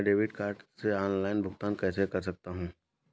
मैं debit card से online भुगतान कैसे कर सकता हूँ?